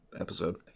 episode